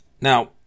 Now